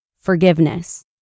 forgiveness